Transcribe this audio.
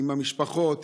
עם המשפחות,